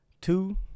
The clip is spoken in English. two